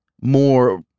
More